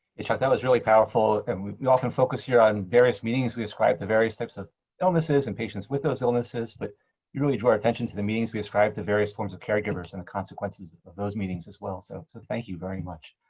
yeah, that was really powerful. and we often focus here on various meanings we ascribe to various types of illnesses and patients with those illnesses. but you really drew our attention to the meanings we ascribe to various forms of caregivers and the consequences of those meanings as well. so thank you very much.